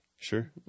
Sure